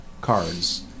cards